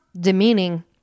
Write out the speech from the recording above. demeaning